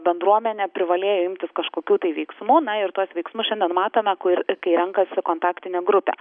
bendruomenė privalėjo imtis kažkokių tai veiksmų na ir tuos veiksmus šiandien matome kur kai renkasi kontaktinė grupė